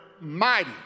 mighty